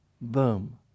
boom